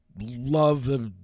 love